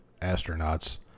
astronauts